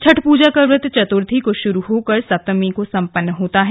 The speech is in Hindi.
छठ पूजा का व्रत चतुर्थी को शुरू होकर सप्तमी को संपन होता है